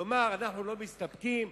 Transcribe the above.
לומר אנחנו לא מסתפקים,